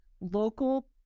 local